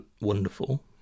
wonderful